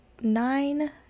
nine